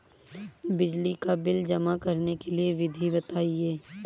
बिजली का बिल जमा करने की विधि बताइए?